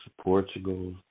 Portugal